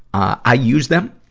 i use them.